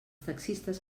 taxistes